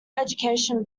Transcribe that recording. education